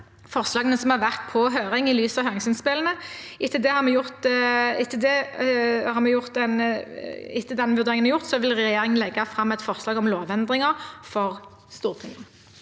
forslagene som har vært på høring, i lys av høringsinnspillene. Etter at den vurderingen er gjort, vil regjeringen legge fram et forslag om lovendringer for Stortinget.